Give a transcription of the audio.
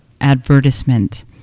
advertisement